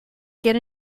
get